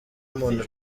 umuntu